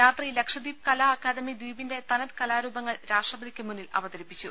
രാത്രി Lakshadweep Kala academy ദ്വീപിന്റെ തനത് കലാരൂപങ്ങൾ രാഷ്ട്ര പതിക്കു മുന്നിൽ അവതരിപ്പിച്ചു